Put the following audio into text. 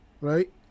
Right